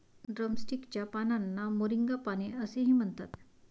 drumstick च्या पानांना moringa पाने असेही म्हणतात